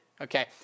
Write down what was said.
Okay